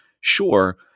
Sure